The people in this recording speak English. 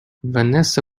vanessa